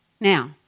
Now